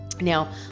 Now